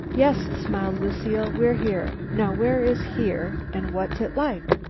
yes, smiled lucile, we're here. now where is here and what's it like?